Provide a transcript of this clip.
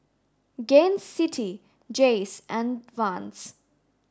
Gain City Jays and Vans